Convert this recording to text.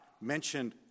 mentioned